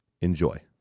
Enjoy